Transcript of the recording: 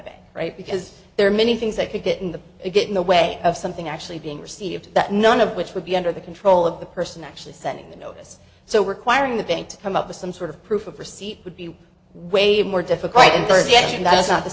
bank right because there are many things that could get in the it get in the way of something actually being received that none of which would be under the control of the person actually sending the notice so requiring the bank to come up with some sort of proof of receipt would be way more difficult and dirty and that is not the